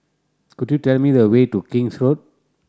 could you tell me the way to King's Road